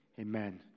Amen